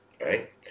Right